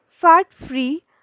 fat-free